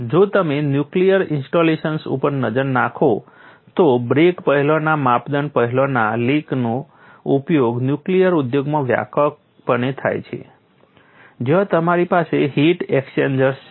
જો તમે nuclear installations ઉપર નજર નાખો તો બ્રેક પહેલાંના માપદંડ પહેલાંના લીકનો ઉપયોગ નુક્લિયર ઉદ્યોગમાં વ્યાપકપણે થાય છે જ્યાં તમારી પાસે હીટ એક્સ્ચેન્જર્સ છે